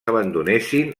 abandonessin